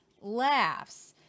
laughs